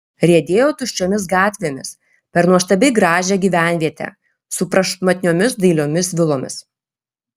riedėjo tuščiomis gatvėmis per nuostabiai gražią gyvenvietę su prašmatniomis dailiomis vilomis